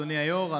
אדוני היו"ר.